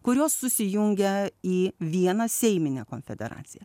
kurios susijungia į vieną seiminę konfederaciją